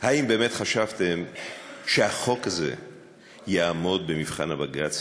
האם באמת חשבתם שהחוק הזה יעמוד במבחן בג"ץ?